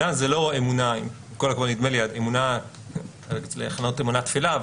אני לא יודע אם לכנות את זה כאמונה תפלה,